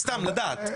סתם.